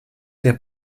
der